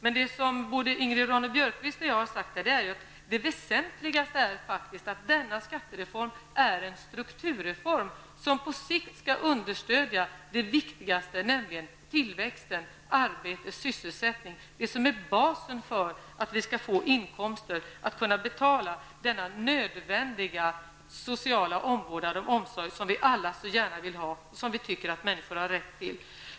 Men som Ingrid Ronne Björqvist och jag har sagt är det väsentliga med denna reform att den är en strukturreform, som på sikt skall understödja det viktigaste, nämligen tillväxten, arbete, sysselsättning, det som är basen för att vi skall få inkomster att kunna betala den nödvändiga sociala omvårdnad och omsorg som vi alla så gärna vill ha och som vi tycker att människor har rätt till.